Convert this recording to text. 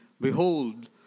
behold